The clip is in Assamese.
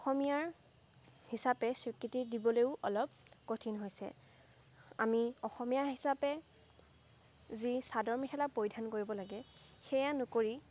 অসমীয়া হিচাপে স্বীকৃতি দিবলৈও অলপ কঠিন হৈছে আমি অসমীয়া হিচাপে যি চাদৰ মেখেলা পৰিধান কৰিব লাগে সেয়া নকৰি